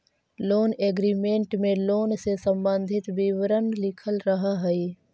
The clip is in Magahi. लोन एग्रीमेंट में लोन से संबंधित विवरण लिखल रहऽ हई